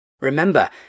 Remember